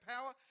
power